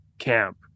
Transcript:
camp